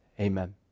amen